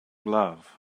glove